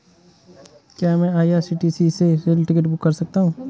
क्या मैं आई.आर.सी.टी.सी से रेल टिकट बुक कर सकता हूँ?